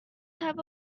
have